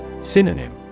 Synonym